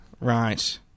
Right